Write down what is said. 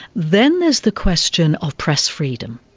then there's the question of press freedom.